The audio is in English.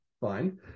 Fine